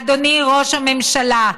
אדוני ראש הממשלה,